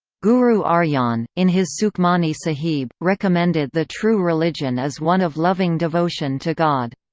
guru arjan, in his sukhmani sahib, recommended the true religion is one of loving devotion to god.